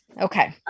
Okay